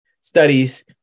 studies